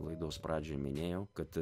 laidos pradžioj minėjau kad